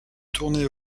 tournée